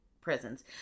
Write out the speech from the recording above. prisons